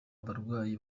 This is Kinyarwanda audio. abarwayi